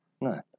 No